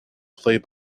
play